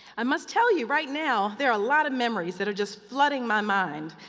i must tell you, right now, there are a lot of memories that are just flooding my mind.